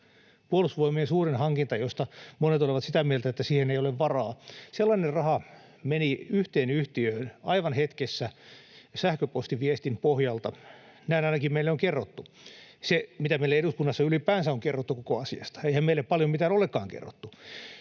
Puolustusvoimien suurin hankinta, josta monet olivat sitä mieltä, että siihen ei ole varaa. Sellainen raha meni yhteen yhtiöön aivan hetkessä sähköpostiviestin pohjalta. Näin ainakin meille on kerrottu. Se on se, mitä meille eduskunnassa ylipäänsä on kerrottu koko asiasta. Eihän meille paljon mitään olekaan kerrottu.